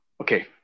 okay